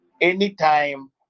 Anytime